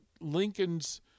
Lincoln's